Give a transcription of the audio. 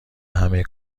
همه